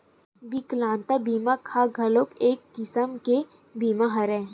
बिकलांगता बीमा ह घलोक एक किसम के बीमा हरय